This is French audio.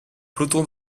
peloton